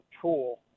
tool